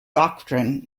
doctrine